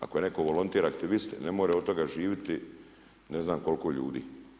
Ako netko volontira aktiviste ne more od toga živiti ne znam koliko ljudi.